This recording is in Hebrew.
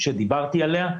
שדיברתי עליה.